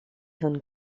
hwn